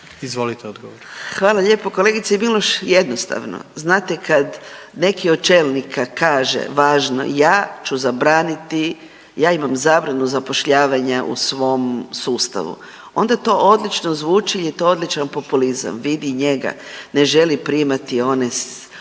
Anka (GLAS)** Hvala lijepo kolegice Miloš. Jednostavno, znate kad neki od čelnika kaže važno ja ću zabraniti, ja imam zabranu zapošljavanja u svom sustavu, onda to odlično zvuči je to odličan populizam. Vidi njega ne želi primati one